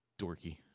dorky